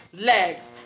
Legs